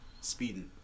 Speeding